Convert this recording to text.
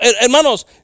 hermanos